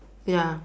ya